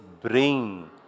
bring